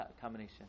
combination